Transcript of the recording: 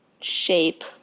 shape